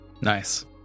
Nice